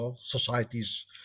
societies